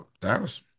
Dallas